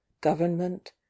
government